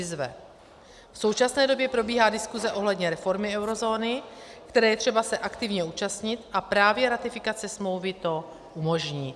V současné době probíhá diskuse ohledně reformy eurozóny, které je třeba se aktivně účastnit, a právě ratifikace smlouvy to umožní.